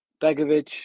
begovic